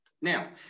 Now